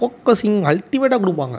focusing அல்ட்டிமேட்டாக கொடுப்பாங்க